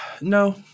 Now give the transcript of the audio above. No